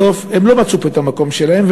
בסוף הם לא מצאו פה את המקום שלהם,